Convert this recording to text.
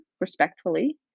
respectfully